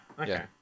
okay